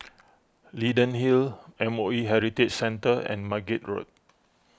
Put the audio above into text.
Leyden Hill M O E Heritage Centre and Margate Road